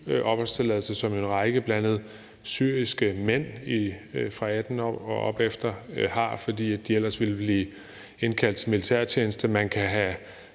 en række syriske mænd fra 18 år og opefter har det, fordi de ellers ville blive indkaldt til militærtjeneste,